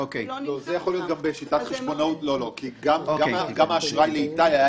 הנושא הזה - שעוסק בין היתר בשורה ארוכה של כשלים להענקת אשראי לאנשים